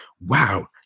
wow